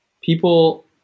people